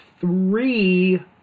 three